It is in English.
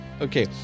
Okay